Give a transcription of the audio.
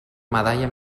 medalla